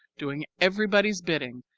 doing everybody's bidding,